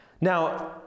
Now